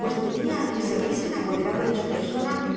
pue temia que se hubiesen apoderado de su persona